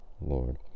lord